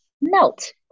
melt